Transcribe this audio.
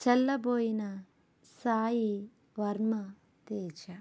Challaboina Sai Varma Teja